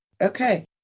Okay